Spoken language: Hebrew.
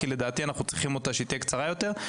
כי לדעתי אנחנו צריכים שהיא תהיה קצרה יותר.